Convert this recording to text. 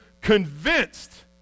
convinced